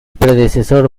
predecesor